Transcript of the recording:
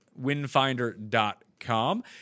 windfinder.com